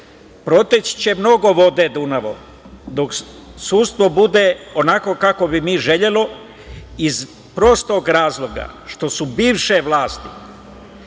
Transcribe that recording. Proteći će mnogo vode Dunavom dok sudstvo bude onakvo kako bi mi želeli iz prostog razloga što su bivše vlasti